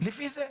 לפי זה.